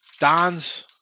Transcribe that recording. Don's